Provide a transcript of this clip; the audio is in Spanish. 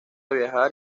viajar